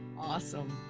awesome.